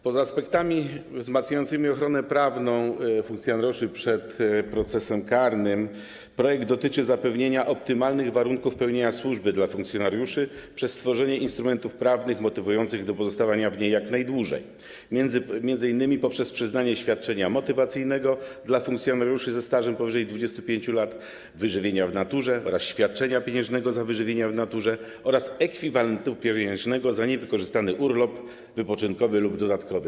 Poza aspektami wzmacniającymi ochronę prawną funkcjonariuszy przed procesem karnym projekt dotyczy zapewnienia optymalnych warunków pełnienia służby dla funkcjonariuszy przez stworzenie instrumentów prawnych motywujących do pozostawania w niej jak najdłużej, m.in. poprzez przyznanie świadczenia motywacyjnego dla funkcjonariuszy ze stażem powyżej 25 lat, wyżywienia w naturze oraz świadczenia pieniężnego za wyżywienie w naturze, a także ekwiwalentu pieniężnego za niewykorzystany urlop wypoczynkowy lub dodatkowy.